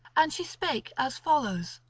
and she spake as follows